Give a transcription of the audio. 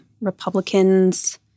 Republicans